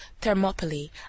Thermopylae